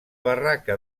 barraca